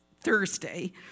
Thursday